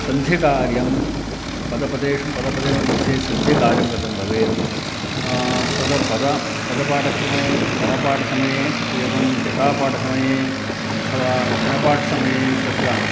सन्धिकार्यं पदपदेषु पदपदयोर्मध्ये सन्धि कार्यं कथं भवेत् तत् पदं पदपाठक्रमे क्रमपाठसमये एवं जटापाठसमये अथवा घनपाठसमये तत्र